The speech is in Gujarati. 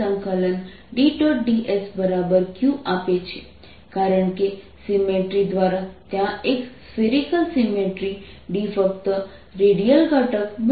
dsQ આપે છે કારણ કે સિમ્મેટ્રી દ્વારા ત્યાં એક સ્ફેરિકલ સિમ્મેટ્રી D ફક્ત રેડિયલ ઘટક બનશે